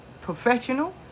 Professional